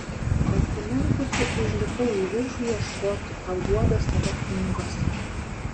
pasilenkusi užlipau į viršų ieškoti paguodos savo knygose